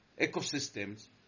ecosystems